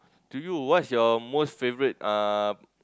to you what's your most favourite uh